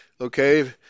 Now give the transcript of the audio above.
okay